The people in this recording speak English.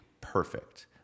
perfect